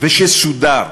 שנחקק ושסודר,